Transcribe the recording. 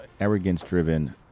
arrogance-driven